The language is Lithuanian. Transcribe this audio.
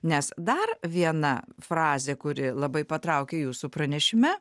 nes dar viena frazė kuri labai patraukė jūsų pranešime